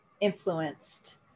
influenced